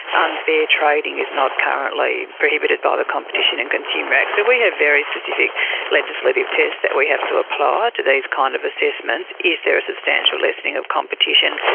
unfair trading is not currently prohibited by the competition and consumer act. so we have very specific legislative tests that we have to apply to these kind of assessments is there a substantial lessening of competition?